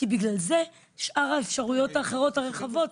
כי בגלל זה לא מתעסקים בשאר האפשרויות האחרות הרחבות.